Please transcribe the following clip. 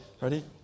Ready